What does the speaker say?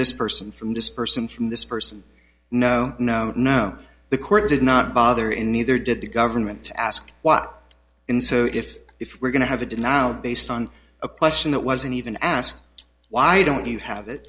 this person from this person from this person no no no the court did not bother him neither did the government ask what in so if if we're going to have a denial based on a question that wasn't even asked why don't you have it